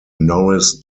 norris